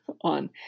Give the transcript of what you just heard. on